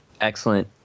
Excellent